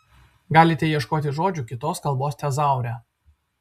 galite ieškoti žodžių kitos kalbos tezaure